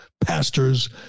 pastors